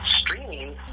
streaming